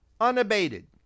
unabated